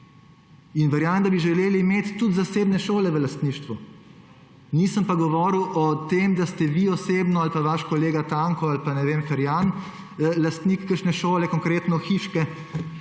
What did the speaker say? in verjamem, da bi želeli imeti tudi zasebne šole v lastništvu. Nisem pa govoril o tem, da ste vi osebno ali pa vaš kolega Tanko ali pa ne vem Ferjan lastnik kakšne šole, konkretno hiške,